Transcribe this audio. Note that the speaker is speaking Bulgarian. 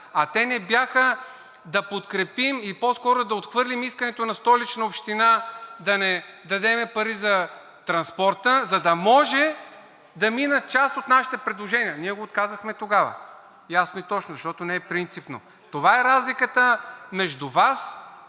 а не бяха да подкрепим или по-скоро да отхвърлим искането на Столична община, да не дадем пари за транспорта, за да може да минат част от нашите предложения. Ние го отказахме тогава ясно и точно, защото не е принципно. Това е разликата между Вас